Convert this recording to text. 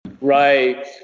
Right